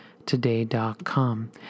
today.com